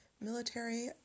military